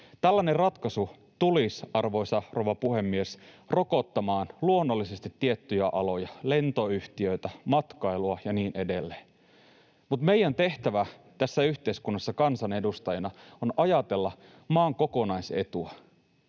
Tällainen ratkaisu tulisi, arvoisa rouva puhemies, rokottamaan luonnollisesti tiettyjä aloja — lentoyhtiöitä, matkailua ja niin edelleen — mutta meidän tehtävämme tässä yhteiskunnassa kansanedustajina on ajatella maan kokonaisetua.